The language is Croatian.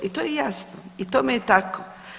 I to je jasno i tome je tako.